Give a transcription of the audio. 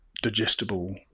digestible